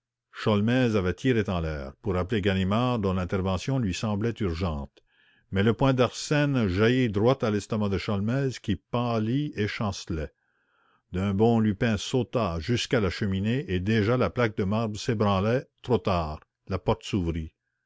avait tiré en l'air pour appeler ganimard dont l'intervention lui semblait urgente mais le poing d'arsène jaillit droit à l'estomac de sholmès qui pâlit et chancela d'un bond lupin sauta jusqu'à la cheminée et déjà la plaque de marbre s'ébranlait trop tard la porte s'ouvrit